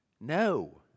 No